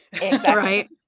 Right